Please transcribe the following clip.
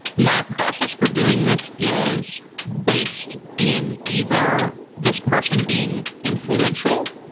my process for doing this is based in either this person being influential,